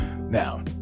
now